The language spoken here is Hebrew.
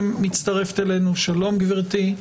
תודה רבה,